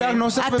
כן.